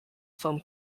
film